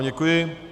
Děkuji.